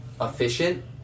efficient